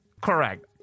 Correct